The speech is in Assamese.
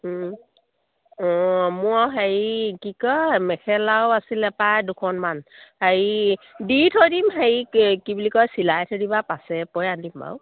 অঁ মোৰ আৰু হেৰি কি কয় মেখেলাও আছিলে পায় দুখনমান হেৰি দি থৈ দিম হেৰি কি কি বুলি কয় চিলাই থৈ দিবা পাছে পৰে আনিম বাৰু